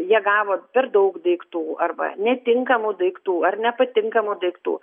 jie gavo per daug daiktų arba netinkamų daiktų ar nepatinkamų daiktų